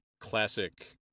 classic